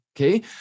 Okay